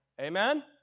Amen